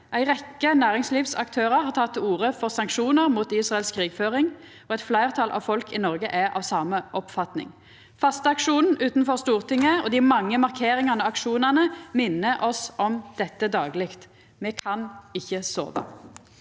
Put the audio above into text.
Ei rekkje næringslivsaktørar har teke til orde for sanksjonar mot Israels krigføring, og eit fleirtal av folket i Noreg er av den same oppfatninga. Fasteaksjonen utanfor Stortinget og dei mange markeringane og aksjonane minner oss om dette dagleg. Me kan ikkje sova.